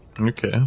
okay